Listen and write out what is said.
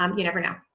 um you never know.